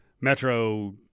Metro –